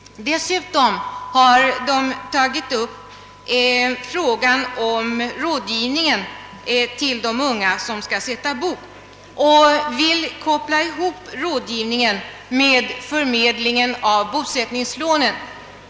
Dessutom har de tagit upp frågan om rådgivningen till de unga som skall sätta bo och vill koppla ihop rådgivningen med förmedlingen av bosättningslånet.